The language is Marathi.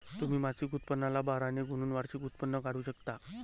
तुम्ही मासिक उत्पन्नाला बारा ने गुणून वार्षिक उत्पन्न काढू शकता